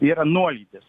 yra nuolydis